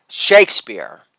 Shakespeare